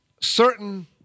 certain